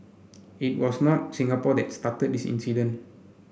it was not Singapore that started this incident